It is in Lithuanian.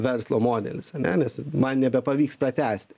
verslo modelis ane nes man nebepavyks pratęsti